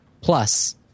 plus